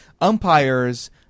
Umpires